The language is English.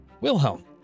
Wilhelm